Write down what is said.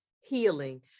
healing